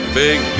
big